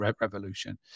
revolution